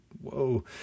whoa